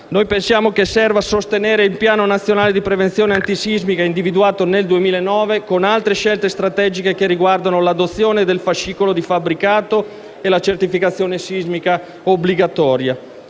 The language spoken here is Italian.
Noi pensiamo che serva infine sostenere il piano nazionale di prevenzione antisismica individuato nel 2009, con altre scelte strategiche che riguardano l'adozione del fascicolo di fabbricato e la certificazione sismica obbligatoria.